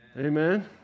Amen